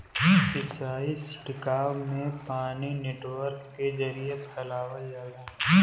सिंचाई छिड़काव में पानी नेटवर्क के जरिये फैलावल जाला